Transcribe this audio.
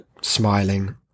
smiling